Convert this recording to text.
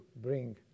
bring